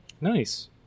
nice